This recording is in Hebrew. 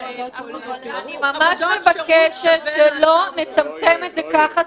אני ממש מבקשת שלא נצמצם את זה ככה,